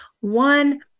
One